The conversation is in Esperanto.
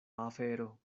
afero